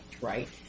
right